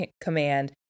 command